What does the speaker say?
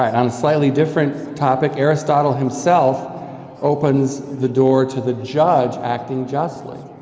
on a slightly different topic, aristotle himself opens the door to the judge acting justly.